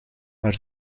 maar